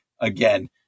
again